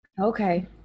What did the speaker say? Okay